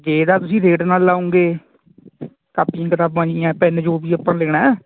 ਜੇ ਇਹਦਾ ਤੁਸੀਂ ਰੇਟ ਨਾਲ ਲਾਊਂਗੇ ਕਾਪੀਆਂ ਕਿਤਾਬਾਂ ਜੀਆ ਪੈਨ ਜੋ ਵੀ ਆਪਾਂ ਲੈਣਾ